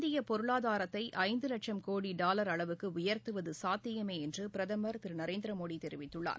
இந்தியப் பொருளாதாரத்தைஐந்துவட்சம் கோடிடாவர் அளவுக்குஉயர்த்துவதுசாத்தியமேஎன்றபிரதமர் திருநரேந்திரமோடிதெரிவித்துள்ளார்